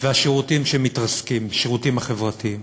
והשירותים שמתרסקים, השירותים החברתיים.